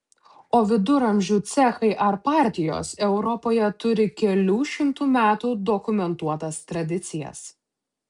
o viduramžių cechai ar partijos europoje turi kelių šimtų metų dokumentuotas tradicijas